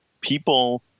people